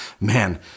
Man